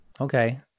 Okay